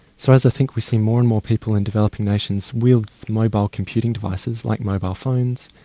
so as i think we see more and more people in developing nations with mobile computing devices like mobile phones,